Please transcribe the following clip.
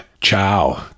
ciao